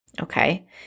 okay